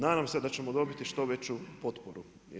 Nadam se da ćemo dobiti što veću potporu.